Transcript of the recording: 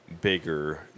bigger